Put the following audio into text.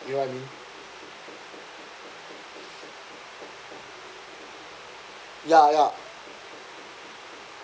you get what I mean ya ya